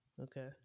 Okay